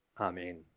Amen